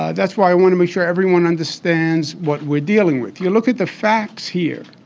ah that's why i want to make sure everyone understands what we're dealing with. you look at the facts here.